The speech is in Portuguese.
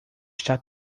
está